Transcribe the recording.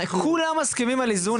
כולם מסכימים על איזון,